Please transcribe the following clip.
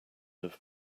have